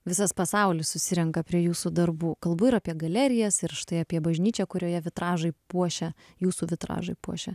visas pasaulis susirenka prie jūsų darbų kalbu ir apie galerijas ir štai apie bažnyčią kurioje vitražai puošia jūsų vitražai puošia